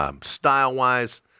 style-wise